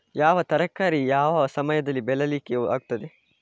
ಯಾವ ತರಕಾರಿ ಯಾವ ಸಮಯದಲ್ಲಿ ಬೆಳಿಲಿಕ್ಕೆ ಆಗ್ತದೆ?